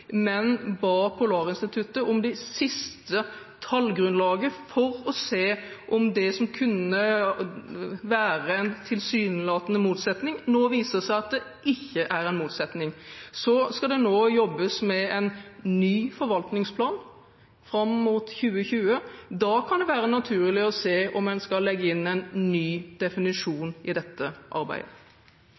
men ba Polarinstituttet om det siste tallgrunnlaget for å se om det kunne være en tilsynelatende motsetning, som nå viser seg ikke å være en motsetning. Så skal det nå jobbes med en ny forvaltningsplan fram mot 2020. Da kan det være naturlig å se om en skal legge inn en ny definisjon i dette arbeidet.